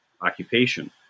occupation